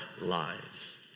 lives